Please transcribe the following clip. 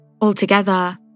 Altogether